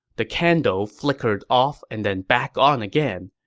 the candle flickered off and then back on again.